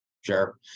sure